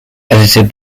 edited